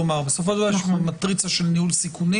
בסופו של דבר יש לנו מטריצה של ניהול סיכונים,